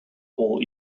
all